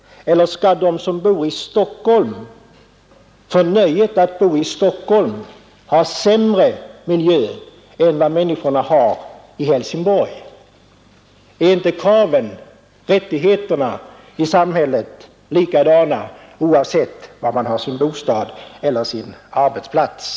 Eller skall de som bor i Stockholm för nöjet att bo i Stockholm ha sämre miljö än vad människorna har i Helsingborg? Är inte kraven, rättigheterna i samhället likadana, oavsett var man har sin bostad eller sin arbetsplats?